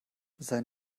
sein